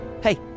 Hey